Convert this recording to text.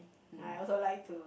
I also like to